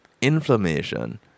inflammation